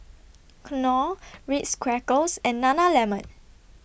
Knorr Ritz Crackers and Nana Lemon